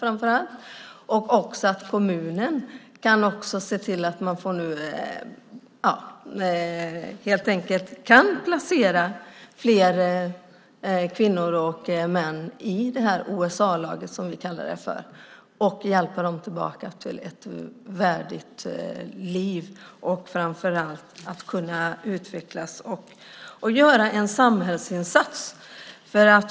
Jag hoppas också att kommunen ska kunna placera fler kvinnor och män i det här OSA-laget, som vi kallar det för, och hjälpa dem tillbaka till ett värdigt liv så att de kan utvecklas och göra en samhällsinsats.